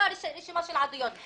רשימת עדויות.